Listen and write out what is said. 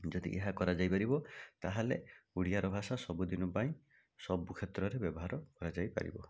ଯଦି ଏହା କରାଯାଇପାରିବ ତା'ହେଲେ ଓଡ଼ିଆର ଭାଷା ସବୁଦିନ ପାଇଁ ସବୁ କ୍ଷେତ୍ରରେ ବ୍ୟବହାର କରାଇଯାଇପାରିବ